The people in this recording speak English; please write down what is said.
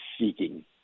seeking